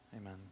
Amen